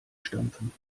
stampfen